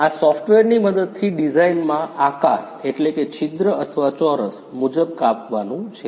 આ સોફ્ટવેરની મદદથી ડિઝાઇનમાં આકાર છિદ્ર અથવા ચોરસ મુજબ કાપવાનું છે